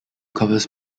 covers